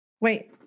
Wait